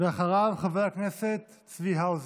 ואחריו חבר הכנסת צבי האוזר.